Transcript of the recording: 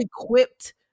equipped